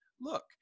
Look